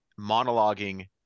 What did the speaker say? monologuing